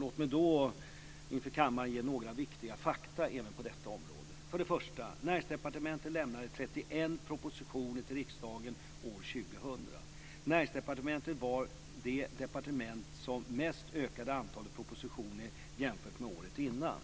Låt mig då inför kammaren ge några viktiga fakta även på detta område. 1. Näringsdepartementet avlämnade 31 propositioner till riksdagen år 2000. Näringsdepartementet var det departement som mest ökade antalet propositioner jämfört med året innan.